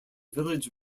village